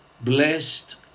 blessed